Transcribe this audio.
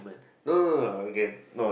no no no no no we cannot